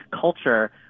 culture